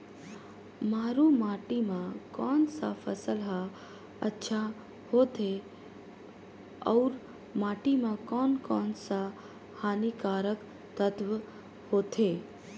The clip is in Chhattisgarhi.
मारू माटी मां कोन सा फसल ह अच्छा होथे अउर माटी म कोन कोन स हानिकारक तत्व होथे?